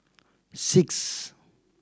six